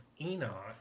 Enoch